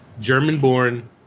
German-born